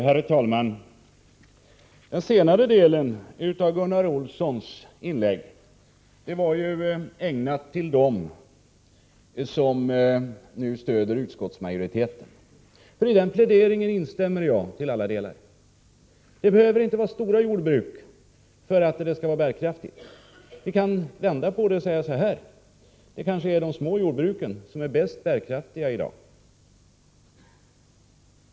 Herr talman! Den senare delen av Gunnar Olssons inlägg var ägnad dem som nu stöder utskottsmajoriteten. I den pläderingen instämmer jag till alla delar. Det behöver inte vara ett stort jordbruk för att det skall vara bärkraftigt. Vi kan vända på det och säga, att det kanske är de små jordbruken som är mest bärkraftiga i dag.